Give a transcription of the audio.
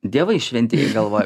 dievai šventi galvoju